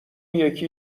یکی